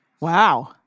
Wow